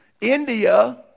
India